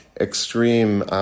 extreme